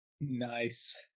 Nice